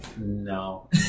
no